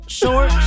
short